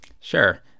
Sure